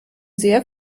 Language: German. sehr